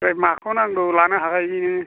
फै माखौ नांगौ लानो हागोन नोङो